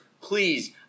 please